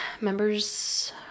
members